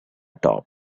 top